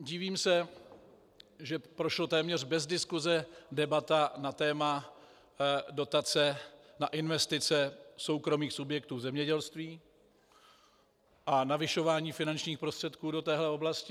Divím se, že prošla téměř bez diskuse debata na téma dotace na investice soukromých subjektů v zemědělství a navyšování finančních prostředků do téhle oblasti.